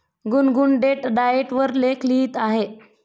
गुनगुन date diet वर लेख लिहित आहे